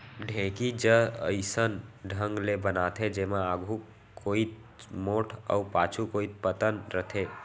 ढेंकी ज अइसन ढंग ले बनाथे जेमा आघू कोइत मोठ अउ पाछू कोइत पातन रथे